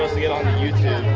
us to get onto youtube.